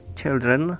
children